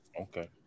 Okay